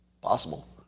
Possible